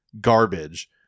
garbage